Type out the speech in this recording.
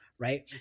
right